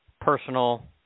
personal